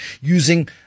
using